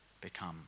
become